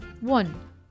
one